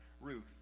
Ruth